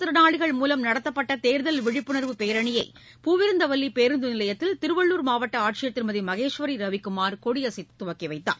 திறனாளிகள் மூலம் நடத்தப்பட்டதேர்தல் விழிப்புணர்வு மாற்றுத் பேரணியைபூவிருந்தவல்லிபேருந்துநிலையத்தில் திருவள்ளுர் மாவட்டஆட்சியர் திருமதிமகேஸ்வரிரவிக்குமார் கொடியசைத்துதுவக்கிவைத்தார்